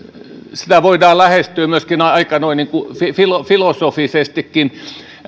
sitä voidaan lähestyä myöskin noin niin kuin filosofisestikin